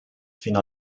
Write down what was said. fino